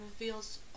reveals